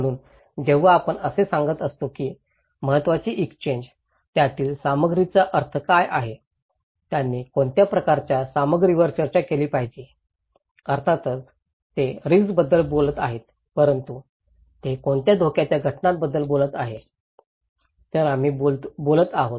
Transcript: म्हणून जेव्हा आम्ही असे सांगत असतो की माहितीची एक्सचेन्ज त्यातील सामग्रीचा अर्थ काय आहे त्यांनी कोणत्या प्रकारच्या सामग्रीवर चर्चा केली पाहिजे अर्थातच ते रिस्कबद्दल बोलत आहेत परंतु ते कोणत्या धोक्याच्या घटकाबद्दल बोलत आहेत तर आम्ही बोलत आहोत